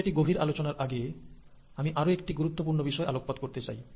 বিষয়টি গভীর আলোচনার আগে আমি আরো একটি গুরুত্ব পূর্ণ বিষয়ে আলোকপাত করতে চাই